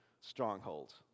strongholds